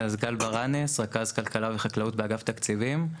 גל ברנס, רכז כלכלה וחקלאות באגף תקציבים.